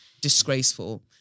Disgraceful